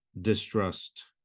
distrust